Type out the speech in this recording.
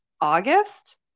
august